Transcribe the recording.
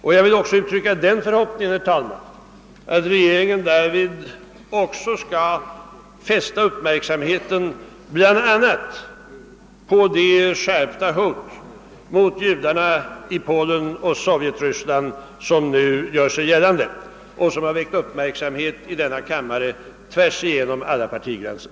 Jag uttrycker också, herr talman, den förhoppningen att regeringen därvid skall fästa uppmärksamheten på bland annat de skärpta hugg mot judarna i Polen och Sovjet som nu utdelas och som har väckt uppmärksamhet i denna kammare tvärsigenom alla partigränser.